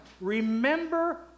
Remember